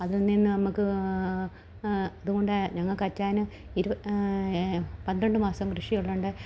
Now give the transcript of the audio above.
അതിൽനിന്ന് നമുക്ക് അതുകൊണ്ട് ഞങ്ങക്ക് അച്ചായന് പന്ത്രണ്ട് മാസം കൃഷിയുള്ളതുകൊണ്ട്